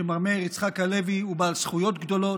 שמאיר יצחק הלוי הוא בעל זכויות גדולות,